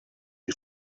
you